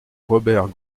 robert